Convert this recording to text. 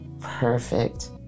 perfect